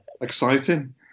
Exciting